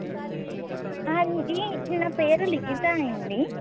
ఇదీ నా పేరు లిఖిత అండి